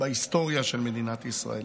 בהיסטוריה של מדינת ישראל.